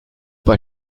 pas